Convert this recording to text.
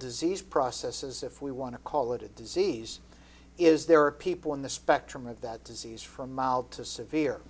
disease processes if we want to call it a disease is there are people in the spectrum of that disease from mild to severe